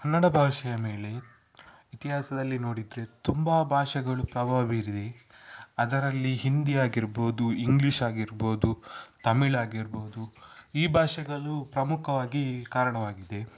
ಕನ್ನಡ ಭಾಷೆಯ ಮೇಲೆ ಇತಿಹಾಸದಲ್ಲಿ ನೋಡಿದರೆ ತುಂಬ ಭಾಷೆಗಳು ಪ್ರಭಾವ ಬೀರಿವೆ ಅದರಲ್ಲಿ ಹಿಂದಿ ಆಗಿರ್ಬೋದು ಇಂಗ್ಲೀಷ್ ಆಗಿರ್ಬೋದು ತಮಿಳ್ ಆಗಿರ್ಬೋದು ಈ ಭಾಷೆಗಳೂ ಪ್ರಮುಖವಾಗಿ ಕಾರಣವಾಗಿದೆ